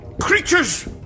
creatures